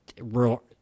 real